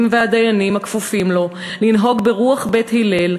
והדיינים הכפופים לו לנהוג ברוח בית הלל,